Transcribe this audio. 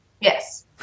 Yes